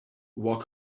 what